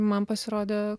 man pasirodė